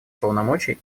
полномочий